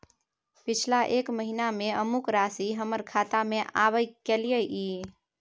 पिछला एक महीना म अमुक राशि हमर खाता में आबय कैलियै इ?